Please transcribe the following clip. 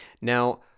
Now